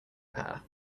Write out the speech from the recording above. path